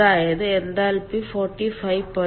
അതായത് എൻതാൽപ്പി 45